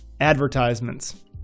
advertisements